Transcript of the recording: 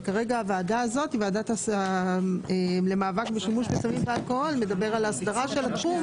וכרגע בוועדה למאבק בשימוש בסמים ואלכוהול מדובר על אסדרה של התחום,